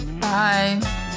Bye